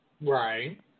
Right